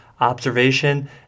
Observation